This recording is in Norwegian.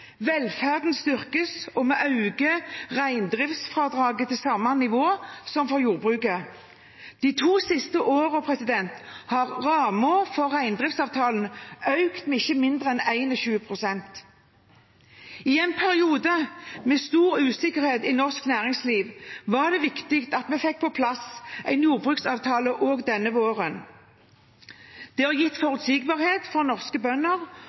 Velferden styrkes, og vi øker reindriftsfradraget til samme nivå som for jordbruket. De siste to årene har rammen for reindriftsavtalen økt med ikke mindre enn 21 pst. I en periode med stor usikkerhet i norsk næringsliv var det viktig at vi fikk på plass en jordbruksavtale også denne våren. Det har gitt forutsigbarhet for norske bønder